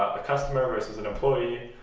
a customer versus an employee,